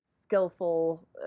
skillful